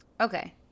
Okay